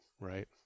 right